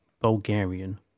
Bulgarian